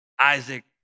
Isaac